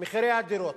מחירי הדירות.